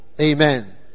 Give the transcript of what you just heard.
Amen